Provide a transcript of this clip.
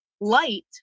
light